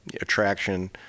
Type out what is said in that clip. attraction